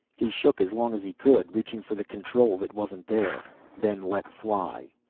he shook as long as he could, reaching for the control that wasn't there then let fly.